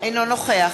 אינו נוכח